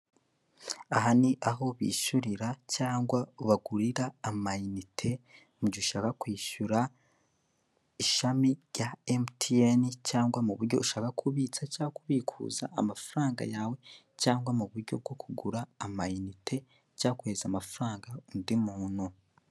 Aha ni aho bishyurira cyangwa bagurira amayinite mu gihe ushaka kwishyura ishami rya MTN cyangwa mu buryo ushaka kubitsa cyangwa kubikuza amafaranga yawe cyangwa mu buryo bwo kugura amayinite cyangwa kohereza amafaranga undi muntu.